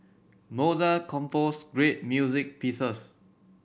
Mozart composed great music pieces